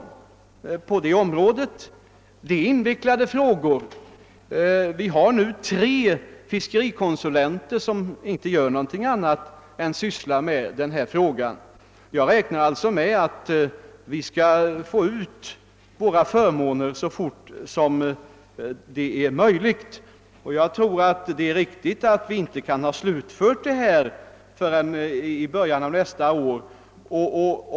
Det rör sig emellertid om invecklade frågor. För närvarande har vi tre fiskerikonsulenter som inte gör någonting annat än ägnar sig åt detta. Jag räknar alltså med att förmånerna skall kunna lämnas så snart som möjligt, men jag tror att det är riktigt att utgå ifrån att vi inte kan ha slutfört arbetet förrän i början på nästa år.